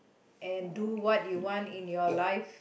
and do what you want in your life